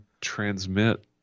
transmit